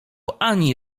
ani